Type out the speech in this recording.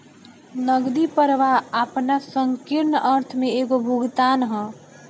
नगदी प्रवाह आपना संकीर्ण अर्थ में एगो भुगतान ह